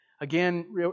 Again